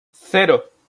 cero